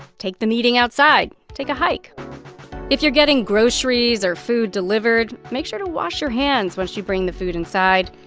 take the meeting outside. take a hike if you're getting groceries or food delivered, make sure to wash your hands once you bring the food inside.